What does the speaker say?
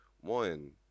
one